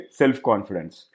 self-confidence